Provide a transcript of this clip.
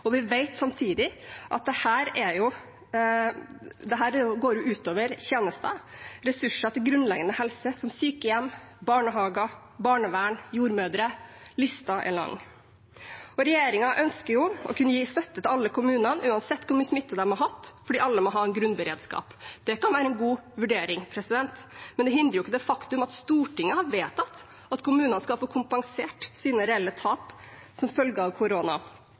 og vi vet samtidig at dette går ut over tjenester – ressurser til grunnleggende helse som sykehjem, barnehager, barnevern og jordmødre. Lista er lang. Regjeringen ønsker å kunne gi støtte til alle kommunene uansett hvor mye smitte de har hatt, fordi alle må ha en grunnberedskap. Det kan være en god vurdering, men det endrer jo ikke det faktum at Stortinget har vedtatt at kommunene skal få kompensert sine reelle tap som følge av korona.